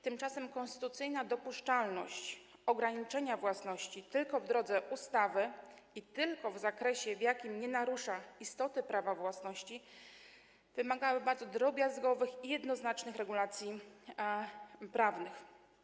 Tymczasem konstytucyjna dopuszczalność ograniczenia prawa własności tylko w drodze ustawy i tylko w zakresie, w jakim nie narusza istoty prawa własności, wymagałaby bardzo drobiazgowych i jednoznacznych regulacji prawnych.